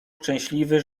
szczęśliwy